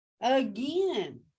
again